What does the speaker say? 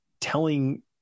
telling